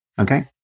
Okay